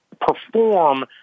perform